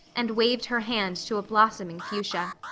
and waved her hand to a blossoming fuchsia.